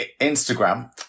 Instagram